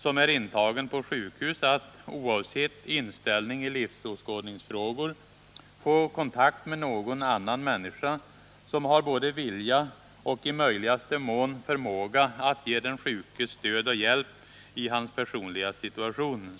som är intagen på sjukhus att — oavsett inställning i livsåskådningsfrågor — få kontakt med någon annan människa som har både vilja och i möjligaste mån förmåga att ge den sjuke stöd och hjälp i hans personliga situation”.